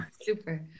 Super